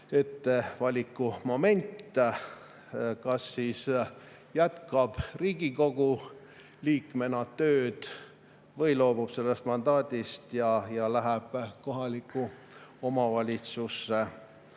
ette valikumoment, kas ta jätkab tööd Riigikogu liikmena või loobub sellest mandaadist ja läheb kohalikku omavalitsusse